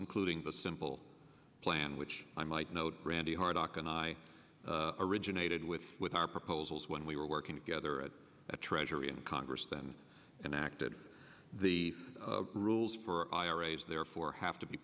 including the simple plan which i might note randy hard rock and i originated with with our proposals when we were working together at the treasury and congress then and acted the rules for iras therefore have to be